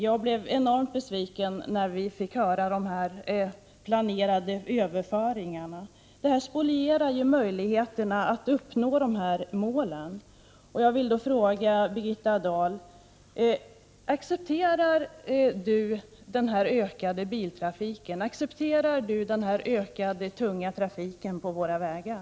Jag blev enormt besviken när vi fick höra om dessa planerade överföringar. Det här spolierar möjligheterna att uppnå dessa mål. Jag vill ställa följande frågor till Birgitta Dahl. Accepterar statsrådet den ökade biltrafiken? Accepterar statsrådet den ökade tunga trafiken på våra vägar?